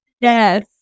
Yes